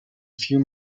few